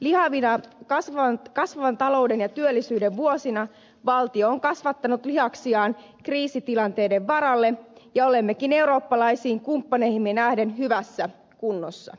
lihavina kasvavan talouden ja työllisyyden vuosina valtio on kasvattanut lihaksiaan kriisitilanteiden varalle ja olemmekin eurooppalaisiin kumppaneihimme nähden hyvässä kunnossa